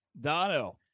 Dono